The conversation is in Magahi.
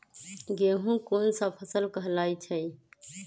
गेहूँ कोन सा फसल कहलाई छई?